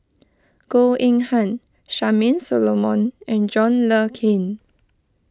Goh Eng Han Charmaine Solomon and John Le Cain